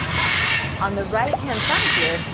but on the right hand side here,